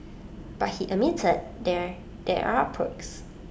but he admitted there there are perks